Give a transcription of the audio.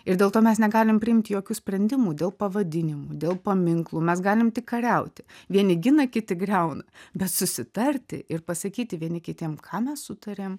ir dėlto mes negalim priimti jokių sprendimų dėl pavadinimų dėl paminklų mes galim tik kariauti vieni gina kiti griauna bet susitarti ir pasakyti vieni kitiem ką mes sutarėm